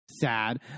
Sad